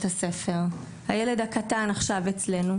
הספר והילד הקטן עכשיו לומד אצלינו.